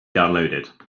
downloaded